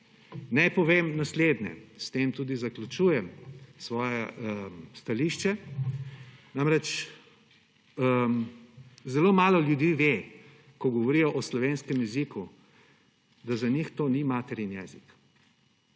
Naj povem naslednje, s tem tudi zaključujem svoje stališče. Namreč, zelo malo ljudi ve, ko govorijo o slovenskem jeziku, da za njih to ni materin jezik.